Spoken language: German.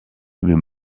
wir